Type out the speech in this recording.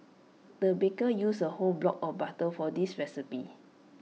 the baker used A whole block of butter for this recipe